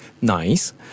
nice